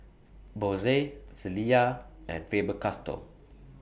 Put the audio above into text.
Bose Zalia and Faber Castell